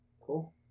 Cool